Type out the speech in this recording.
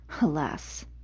Alas